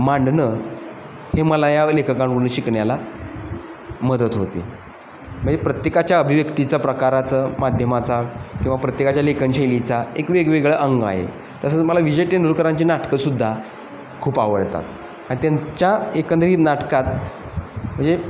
मांडणं हे मला या लेखकांवरून शिकण्याला मदत होते म्हणजे प्रत्येकाच्या अभिव्यक्तीचा प्रकाराचं माध्यमाचा किंवा प्रत्येकाच्या लेखनशैलीचा एक वेगवेगळं अंग आहे तसंच मला विजय तेंडुलकरांची नाटकंसुद्धा खूप आवडतात आणि त्यांच्या एकंदरीत नाटकात म्हणजे